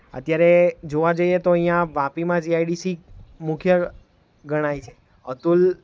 અત્યારે જોવા જઈએ તો અહીંયાં વાપીમાં જીઆઈડીસી મુખ્ય ગણાય છે અતુલ